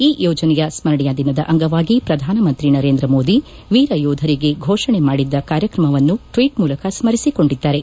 ಈ ಯೋಜನೆಯ ಸ್ಮರಣೆಯ ದಿನದ ಅಂಗವಾಗಿ ಪ್ರಧಾನ ಮಂತ್ರಿ ನರೇಂದ್ರ ಮೋದಿ ವೀರಯೋಧರಿಗೆ ಘೋಷಣೆ ಮಾಡಿದ್ದ ಕಾರ್ಯಕ್ರಮವನ್ನು ಟ್ವೀಟ್ ಮೂಲಕ ಸ್ಥರಿಸಿಕೊಂಡಿದ್ದಾರೆ